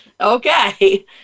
Okay